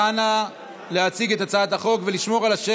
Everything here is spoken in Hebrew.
אני מבקש לאפשר לחבר הכנסת כהנא להציג את הצעת החוק ולשמור על השקט